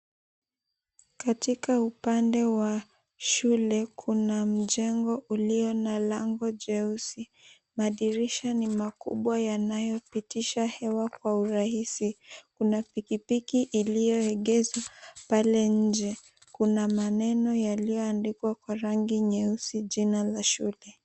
Katika upande wa shule kuna mjengo ulio na lango jeusi. Madirisha ni makubwa yanayopitisha hewa kwa urahisi. Kuna pikipiki iliyoegezwa pale nje. Kuna maneno yaliyoandikwa kwa rangi nyeusi jina la shule.